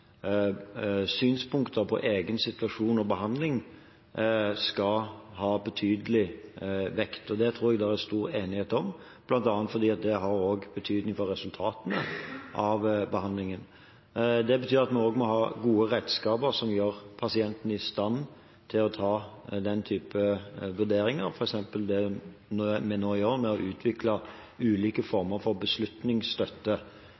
synspunkter på egen situasjon og behandling skal ha betydelig vekt. Det tror jeg det er stor enighet om, bl.a. fordi det også har betydning for resultatene av behandlingen. Det betyr at vi også må ha gode redskaper som gjør pasienten i stand til å ta den typen vurderinger, f.eks. det vi nå gjør, å utvikle ulike